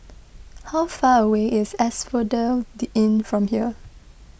how far away is Asphodel Inn from here